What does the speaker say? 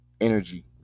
energy